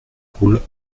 roule